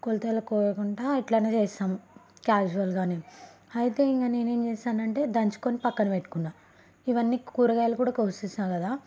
కొలతలు కోయకుండా ఇట్లనే చేస్తాము కాజువల్గా అయితే ఇంక నేనేం చేసానంటే దంచుకుని పక్కన పెట్టుకున్నాను ఇవన్నీ కూరగాయలు కూడా కోసాం కదా